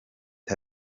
bwa